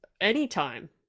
anytime